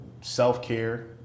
self-care